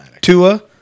Tua